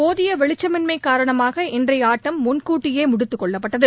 போதிய வெளிச்சமின்மை காரணமாக இன்றைய ஆட்டம் முன்கூட்டியே முடித்துக்கொள்ளப்பட்டது